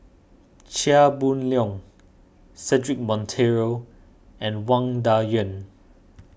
Chia Boon Leong Cedric Monteiro and Wang Dayuan